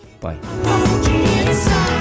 Bye